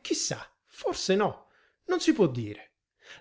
chi sa forse no non si può dire